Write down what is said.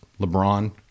LeBron